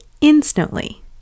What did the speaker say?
instantly